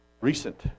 recent